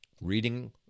Reading